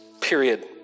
period